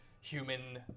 human